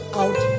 out